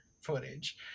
footage